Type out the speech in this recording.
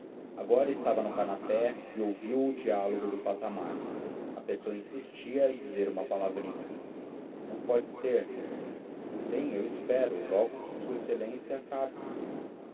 agora estava no canapé e ouviu o diálogo do patamar a pessoa insistia em dizer uma palavrinha não pode ser bem eu espero logo que s exa acabe